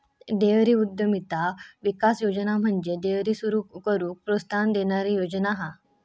dairy उद्यमिता विकास योजना म्हणजे डेअरी सुरू करूक प्रोत्साहन देणारी योजना हा